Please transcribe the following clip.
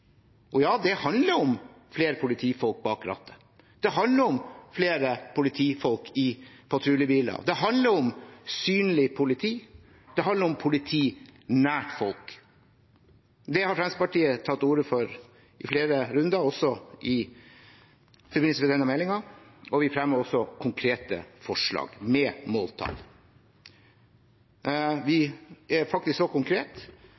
Og ja, det handler om flere politifolk bak rattet, det handler om flere politifolk i patruljebiler, det handler om synlig politi, det handler om politi nært folk. Det har Fremskrittspartiet tatt til orde for i flere runder, også i forbindelse med denne meldingen, og vi fremmer også konkrete forslag, med måltall. Vi er faktisk så